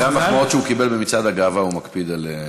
אחרי המחמאות שהוא קיבל במצעד הגאווה הוא מקפיד על,